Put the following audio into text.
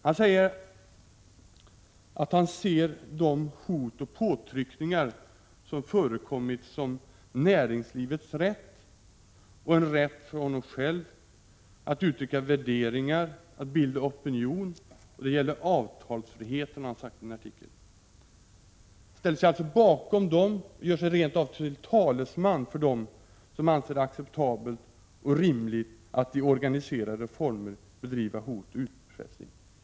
Han säger att han ser de hot och påtryckningar som förekommit som uttryck för näringslivets rätt och en rätt för honom själv att framföra värderingar och bilda opinion. Han har också i en artikel sagt att det är en fråga om avtalsfrihet. Han ställer sig alltså bakom och gör sig rent av till talesman för dem som anser det acceptabelt och rimligt att i organiserade former framföra hot och bedriva utpressning.